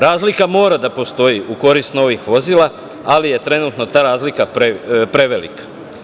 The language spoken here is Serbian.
Razlika mora da postoji u korist novih vozila, ali je trenutno ta razlika prevelika.